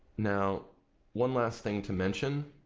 now one last thing to mention